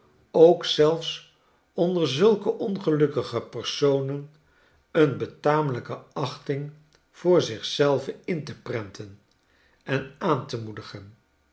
ook zelfs onder zulke ongelukkige personen een betamelijke achting voor zich zelven in te prenten en aan te moedigen